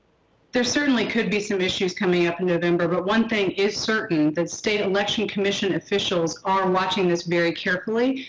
there certainly could be some issues coming up in november. but one thing is certain. the and state election commission officials are watching this very carefully.